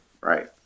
Right